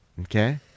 Okay